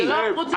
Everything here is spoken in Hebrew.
שזו לא הפרוצדורה.